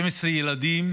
12 ילדים